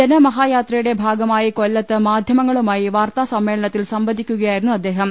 ജനമഹായാത്രയുടെ ഭാഗമായി കൊല്ലത്ത് മാധ്യമങ്ങളുമായി വാർത്താ സമ്മേളനത്തിൽ സംവദിക്കുക യായിരുന്നു അദ്ദേഹം